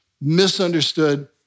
misunderstood